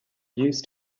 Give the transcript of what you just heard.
used